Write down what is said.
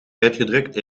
uitgedrukt